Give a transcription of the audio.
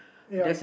yup